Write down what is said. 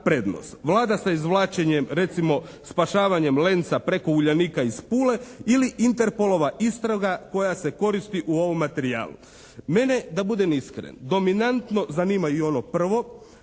Vlada sa izvlačenjem recimo spašavanjem "Lenca" preko "Uljanika" iz Pule ili Interpolova istraga koja se koristi u ovom materijalu? Mene da budem iskren dominantno zanimaju ono prvo,